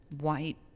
white